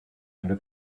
under